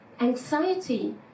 anxiety